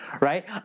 right